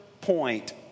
point